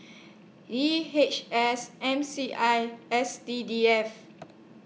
D H S M C I S C D F